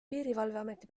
piirivalveameti